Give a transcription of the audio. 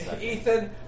Ethan